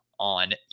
On